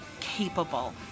capable